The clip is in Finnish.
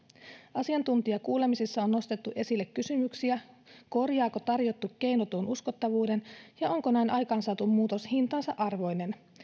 asiantuntijakuulemisissa on nostettu esille kysymyksiä korjaako tarjottu keino tuon uskottavuuden ja onko näin aikaansaatu muutos hintansa arvoinen